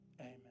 Amen